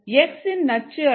X இன் நச்சு அளவு 7